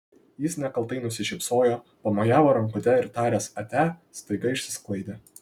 jis nekaltai nusišypsojo pamojavo rankute ir taręs atia staiga išsisklaidė